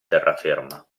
terraferma